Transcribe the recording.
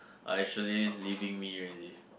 are actually leaving me already